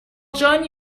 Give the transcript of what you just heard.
join